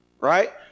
Right